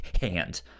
hand